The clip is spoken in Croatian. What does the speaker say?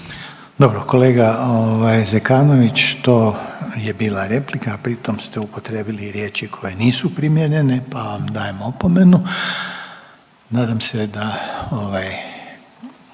Dobro, kolega ovaj Zekanović to je bila replika, a pritom ste upotrijebili riječi koje nisu primjerene pa vam dajem opomenu. Nadam se da